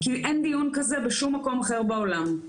כי אין דיון כזה בשום מקום אחר בעולם.